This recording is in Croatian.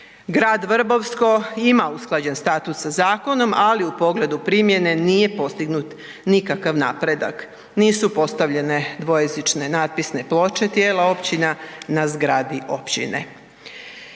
Grad Vrbovsko ima usklađen status sa zakonom ali u pogledu primjene, nije postignut nikakav napredak, nisu postavljene dvojezične natpisne ploče tijela općina na zgradi općine.